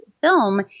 film